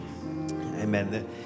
Amen